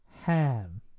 Ham